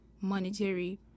monetary